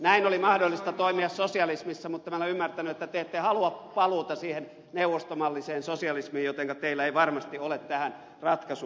näin oli mahdollista toimia sosialismissa mutta minä olen ymmärtänyt että te ette halua paluuta siihen neuvostomalliseen sosialismiin jotenka teillä ei varmasti ole tähän ratkaisua